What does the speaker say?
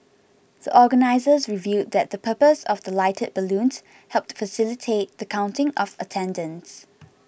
the organisers revealed that the purpose of the lighted balloons helped facilitate the counting of attendance